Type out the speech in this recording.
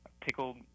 pickled